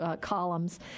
columns